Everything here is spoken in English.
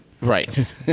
right